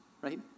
right